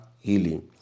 healing